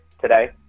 today